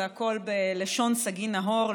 זה "כל" בלשון סגי נהור,